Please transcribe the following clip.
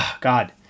God